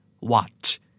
watch